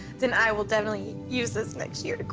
then i will definitely use this next year to grow.